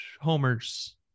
Homers